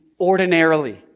ordinarily